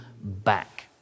back